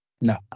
no